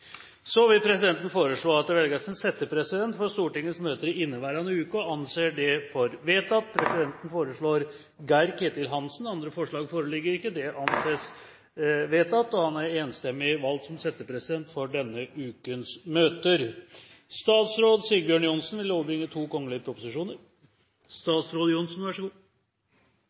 vil ta sete. Presidenten vil foreslå at det velges en settepresident for Stortingets møter i inneværende uke – og anser det som vedtatt. Presidenten foreslår Geir-Ketil Hansen. – Andre forslag foreligger ikke, og Geir-Ketil Hansen er enstemmig valgt som settepresident for denne ukens møter. Før vi går til behandling av dagens saker, vil